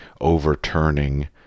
overturning